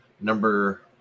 number